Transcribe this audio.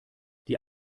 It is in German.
die